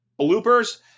bloopers